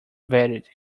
verdict